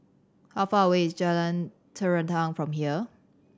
how far away is Jalan Terentang from here